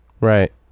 Right